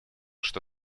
что